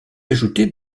ajouter